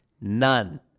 None